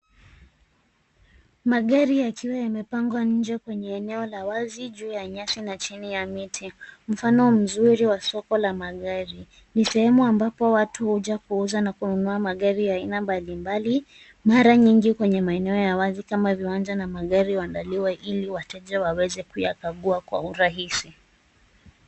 Magari yakiwa yamepangwa nje kwenye eneo la wazi juu ya nyasi na chini ya mti. Mfano mzuri wa soko la magari. Ni sehemu ambapo watu huja kuuza na kununua magari ya aina mbalimbali mara nyingi kwenye maeneo ya wazi kama viwanja na magari huandaliwa ili wateja waweze kuyagua kwa urahisi.